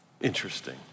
Interesting